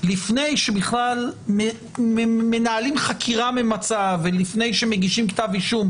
לפני שבכלל מנהלים חקירה ממצה ולפני שמגישים כתב אישום,